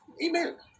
Email